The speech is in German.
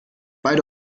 beide